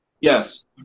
Yes